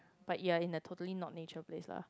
but you're in the totally not nature place lah